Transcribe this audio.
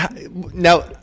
Now